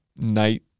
night